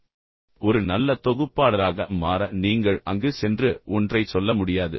இப்போது ஒரு நல்ல தொகுப்பாளராக மாற நீங்கள் அங்கு சென்று ஒன்றைச் சொல்ல முடியாது